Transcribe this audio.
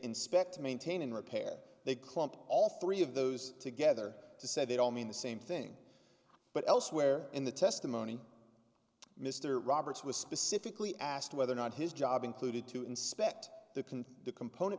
inspect maintain and repair they clump all three of those together to say they don't mean the same thing but elsewhere in the testimony mr roberts was specifically asked whether or not his job included to inspect the can the component